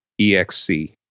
EXC